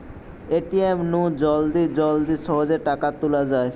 ATM নু জলদি জলদি সহজে টাকা তুলা যায়